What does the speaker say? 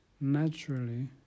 naturally